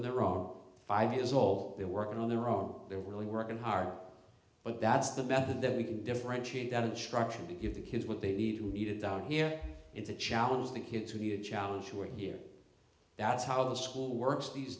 and there are five years old they're working on their own they're really working hard but that's the method that we can differentiate that instruction to give the kids what they need who need it down here it's a challenge the kids with the a challenge who are here that's how the school works these